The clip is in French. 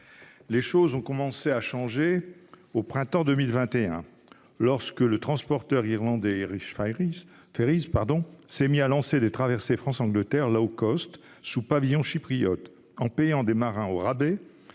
Les choses ont commencé à changer au printemps 2021, lorsque le transporteur irlandais Irish Ferries s'est mis à lancer des traversées France-Angleterre sous pavillon chypriote, en payant ses marins au rabais